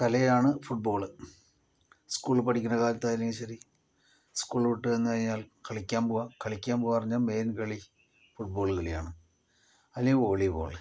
കലയാണ് ഫുട്ബോൾ സ്കൂളിൽ പഠിക്കുന്ന കാലത്താണെങ്കിലും ശരി സ്കൂൾ വിട്ടു വന്നു കഴിഞ്ഞാൽ കളിക്കാൻ പോവുക കളിക്കാൻ പോവുക എന്ന് പറഞ്ഞാൽ മെയിൻ കളി ഫുട്ബോൾ കളിയാണ് അല്ലെങ്കിൽ വോളിബോൾ